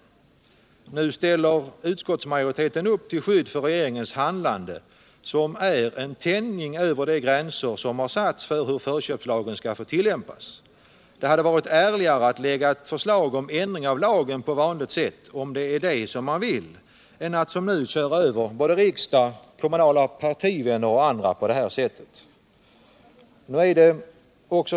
Nu ställer utskottsmajoriteten upp till skydd för regeringens handlande, som innebär en tänjning av de gränser som satts för hur förköpslagen skall få tillämpas. Det hade varit ärligare att på vanligt sätt lägga fram ett förslag om ändring av lagen, om det nu är det man vill åstadkomma, än att som nu köra över både riksdag, kommunala partivänner och andra på detta sätt. Herr talman!